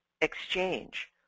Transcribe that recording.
exchange